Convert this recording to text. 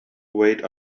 wait